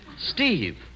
Steve